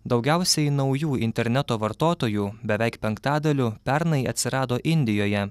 daugiausiai naujų interneto vartotojų beveik penktadaliu pernai atsirado indijoje